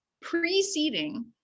preceding